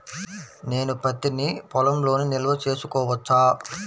నేను పత్తి నీ పొలంలోనే నిల్వ చేసుకోవచ్చా?